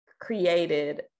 created